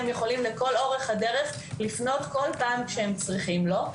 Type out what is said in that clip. הם יכולים לכל אורך הדרך לפנות בכל פעם שהם צריכים לו,